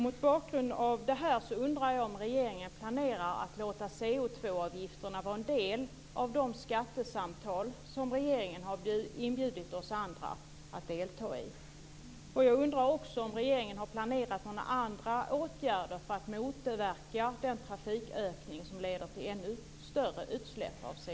Mot bakgrund av detta undrar jag om regeringen planerar att låta koldioxidavgifterna ingå som en del i de skattesamtal som regeringen har inbjudit oss andra att delta i.